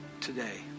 today